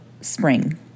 spring